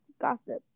gossip